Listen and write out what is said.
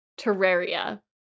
Terraria